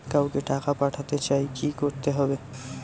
কাউকে টাকা পাঠাতে চাই কি করতে হবে?